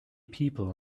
people